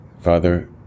Father